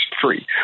free